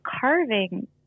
carving